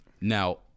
Now